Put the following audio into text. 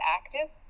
active